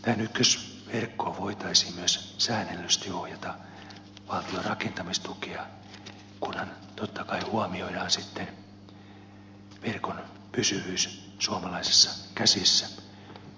tähän ykkösverk koon voitaisiin myös säännellysti ohjata valtion rakentamistukea kunhan totta kai huomioidaan sitten verkon pysyvyys suomalaisissa käsissä